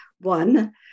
one